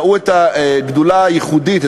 ראו את הגדולה הייחודית,